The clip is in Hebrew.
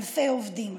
אלפי עובדים.